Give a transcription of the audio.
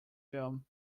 film